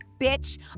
bitch